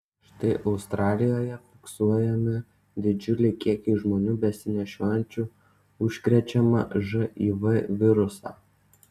štai australijoje fiksuojami didžiuliai kiekiai žmonių besinešiojančių užkrečiamą živ virusą